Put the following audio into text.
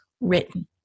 written